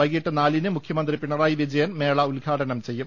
വൈകീട്ട് നാലിന് മുഖ്യമന്ത്രി പിണറായി വിജയൻ മേള ഉദ്ഘാടനം ചെയ്യും